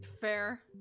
Fair